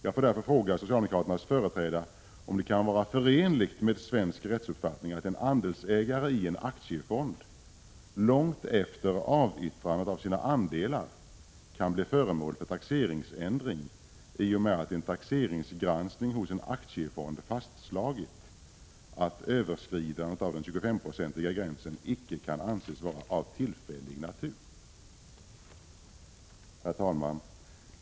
Jag får därför fråga socialdemokraternas företrädare om det kan vara förenligt med svensk rättsuppfattning att en andelsägare i en aktiefond långt efter avyttrandet av sina andelar kan bli föremål för taxeringsändring i och med att en taxeringsgranskning hos en aktiefond fastslagit att ett överskridande av den 25-procentiga gränsen icke kan anses vara av tillfällig natur. Herr talman!